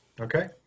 Okay